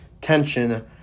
tension